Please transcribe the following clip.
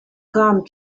come